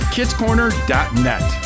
Kidscorner.net